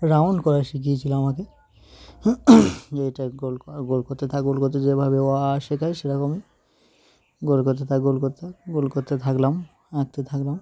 round করা শিখিয়েছিল আমাকে যে এটা গোল গোল করতে থাক গোল করতে যেভাবে অ আ শেখায় সেরকমই গোল করতে থাক গোল করতে গোল করতে থাকলাম আঁকতে থাকলাম